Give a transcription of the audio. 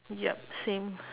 yup same